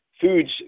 foods